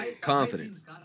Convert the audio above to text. Confidence